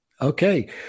Okay